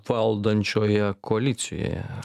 valdančioje koalicijoje